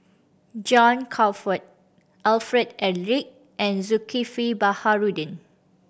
John Crawfurd Alfred Eric and Zulkifli Baharudin